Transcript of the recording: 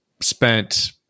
spent